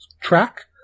track